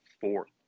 fourth